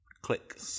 click